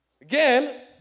Again